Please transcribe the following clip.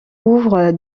ouvre